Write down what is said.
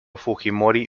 fujimori